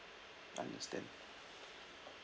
understand